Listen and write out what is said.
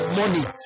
money